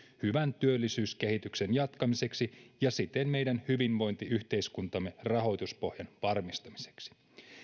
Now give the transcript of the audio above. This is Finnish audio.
hyvän työllisyyskehityksen jatkamiseksi ja siten meidän hyvinvointiyhteiskuntamme rahoituspohjan varmistamiseksi